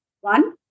one